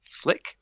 flick